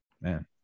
man